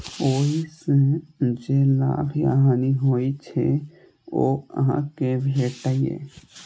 ओइ सं जे लाभ या हानि होइ छै, ओ अहां कें भेटैए